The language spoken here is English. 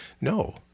No